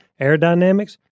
aerodynamics